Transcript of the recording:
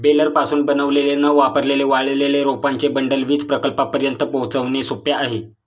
बेलरपासून बनवलेले न वापरलेले वाळलेले रोपांचे बंडल वीज प्रकल्पांपर्यंत पोहोचवणे सोपे आहे